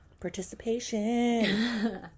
Participation